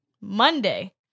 Monday